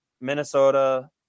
Minnesota